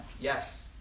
yes